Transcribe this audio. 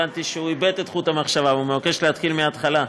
הבנתי שהוא איבד את חוט המחשבה והוא מבקש להתחיל מהתחלה.